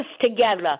together